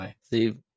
see